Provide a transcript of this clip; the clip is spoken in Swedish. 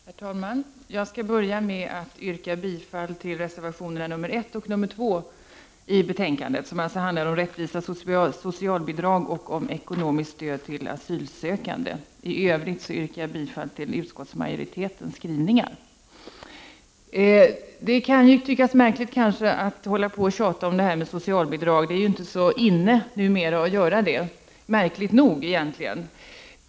Herr talman! Jag skall börja med att yrka bifall till reservationerna 1 och 2i betänkandet, som alltså handlar om rättvisa socialbidrag och ekonomiskt stöd till asylsökande. I övrigt yrkar jag bifall till utskottsmajoritetens skrivningar. Det kan tyckas märkligt att vi håller på och tjatar om det här med socialbidrag. Det är ju inte längre så ”inne” att göra det — märkligt nog.